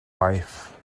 wife